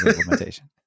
implementation